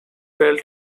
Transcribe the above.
belt